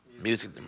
music